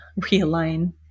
realign